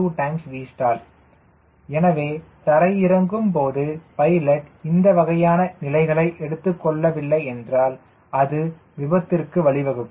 2 Vstall எனவே தரையிறங்கும் போது விமானி இந்த வகையான நிலைகளை எடுத்துக்கொள்ளவில்லை என்றால் அது விபத்திற்கு வழிவகுக்கும்